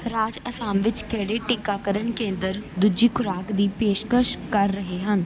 ਰਾਜ ਅਸਾਮ ਵਿੱਚ ਕਿਹੜੇ ਟੀਕਾਕਰਨ ਕੇਂਦਰ ਦੂਜੀ ਖੁਰਾਕ ਦੀ ਪੇਸ਼ਕਸ਼ ਕਰ ਰਹੇ ਹਨ